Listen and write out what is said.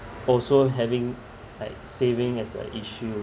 also having like saving as a issue